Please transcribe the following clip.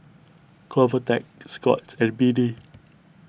Convatec Scott's and B D